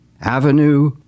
avenue